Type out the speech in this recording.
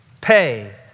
Pay